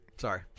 sorry